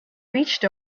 reached